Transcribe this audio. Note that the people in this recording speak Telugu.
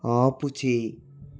ఆపుచేయ్